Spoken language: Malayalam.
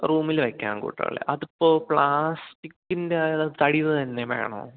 റൂമിൽ വെക്കാൻ കൂട്ടുള്ളത് അതിപ്പോൾ പ്ലാസ്റ്റികിൻ്റെയോ അതോ തടിയുടെ തന്നെ വേണോ